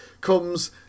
comes